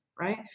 right